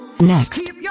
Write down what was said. Next